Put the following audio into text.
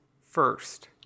first